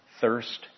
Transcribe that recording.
thirst